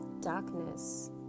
darkness